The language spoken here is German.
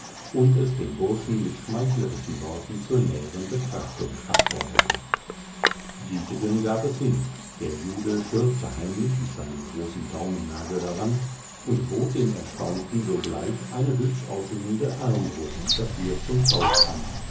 und es dem burschen mit schmeichlerischen worten zur näheren betrachtung abforderte dietegen gab es hin der jude schürfte heimlich mit seinem großen daumnagel daran und bot dem erstaunten sogleich eine hübsch aussehende armbrust dafür zum tausch an